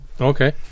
Okay